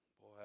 Boy